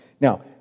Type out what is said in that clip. now